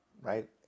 right